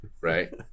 right